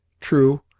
True